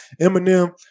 Eminem